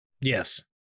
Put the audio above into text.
yes